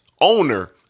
owner